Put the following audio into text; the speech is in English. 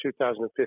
2015